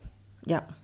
yup